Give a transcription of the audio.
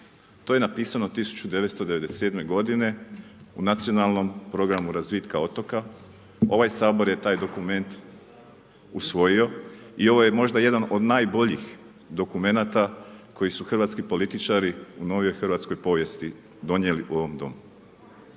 To je napisano 1997. godine u Nacionalnom programu razvitka otoka, ovaj Sabor je taj dokument usvojio i ovo je možda jedan od najboljih dokumenata koji su hrvatski političari u novijoj hrvatskoj povijesti donijeli u ovom Domu.